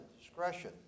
discretion